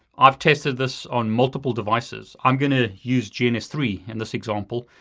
i've tested this on multiple devices. i'm gonna use g n s three in this example,